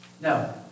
No